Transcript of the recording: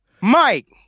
Mike